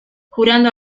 jurando